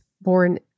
born